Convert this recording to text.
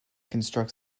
construct